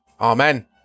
Amen